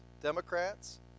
Democrats